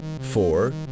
four